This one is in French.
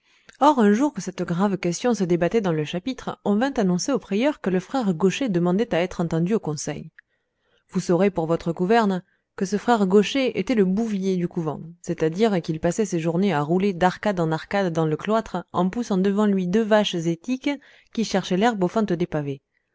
or un jour que cette grave question se débattait dans le chapitre on vint annoncer au prieur que le frère gaucher demandait à être entendu au conseil vous saurez pour votre gouverne que ce frère gaucher était le bouvier du couvent c'est-à-dire qu'il passait ses journées à rouler d'arcade en arcade dans le cloître en poussant devant lui deux vaches étiques qui cherchaient l'herbe aux fentes des pavés